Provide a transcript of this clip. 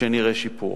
שנראה שיפור.